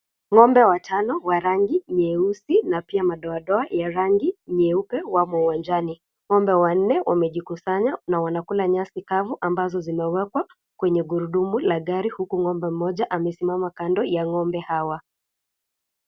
Ngombe tano wa rangi nyeusi na pia madoa doa ya rangi nyeupe wamo uwanjani, ngombe wanne wamejikusanya na wanakula nyasi kavu ambazo zimewekwa kwenye gurudumu la gari huku ngombe mmoja amesimama kando ya ngombe hawa.